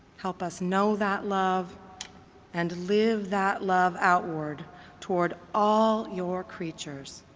help us know that love and live that love outward toward all your creatures,